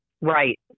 Right